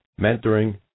mentoring